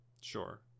Sure